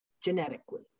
genetically